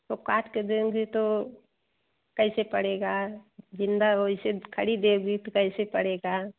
तो काट के देंगी तो कैसे पड़ेगा ज़िंदा हो वैसे खड़ी देओगी तो कैसे पड़ेगा